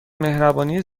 مهربانی